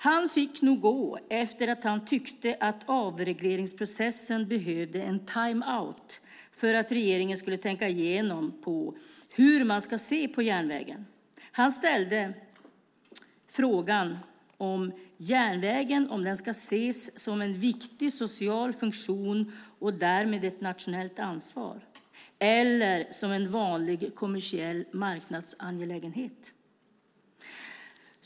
Han fick nog gå för att han tyckte att avregleringsprocessen behövde en timeout för att regeringen skulle tänka igenom hur man ska se på järnvägen. Han ställde frågan om järnvägen ska ses som en viktig social funktion och därmed ett nationellt ansvar eller som en vanlig kommersiell marknadsangelägenhet.